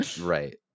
Right